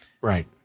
Right